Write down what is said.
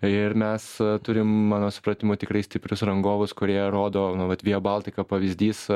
ir mes turim mano supratimu tikrai stiprius rangovus kurie rodo nu vat via baltica pavyzdys